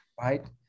right